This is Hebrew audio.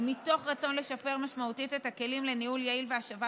ומתוך רצון לשפר משמעותית את הכלים לניהול יעיל והשבת